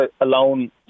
alone